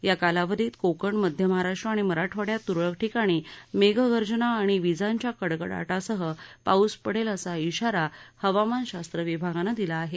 या कालावधीत कोकण मध्य महाराष्ट्र आणि मराठवाड्यात तुरळक ठिकाणी मेघगर्जना आणि विजांच्या कडकडाटासह पाऊस पडेल असा इशारा हवामान शास्त्रविभागानं दिला आहे